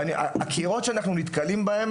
אני חייב לומר שהקירות שאנחנו נתקלים בהם